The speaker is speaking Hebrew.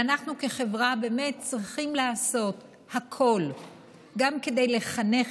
אנחנו כחברה באמת צריכים לעשות הכול גם כדי לחנך